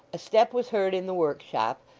a step was heard in the workshop,